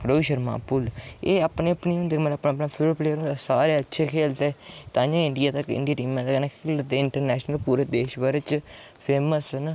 रोहित शर्मा दा पुल्ल एह् अपने अपने होंदे मतलब फेवरट प्लेयर होंदे सारे अच्छे खेढदे तां गै इंडिया तक इंडिया टीम मजे कन्नै खेढदी ऐ इंटरनैशनल पूरे देश बिच फेमस न